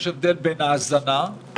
יש הבדל גדול מאוד בין האזנה לבין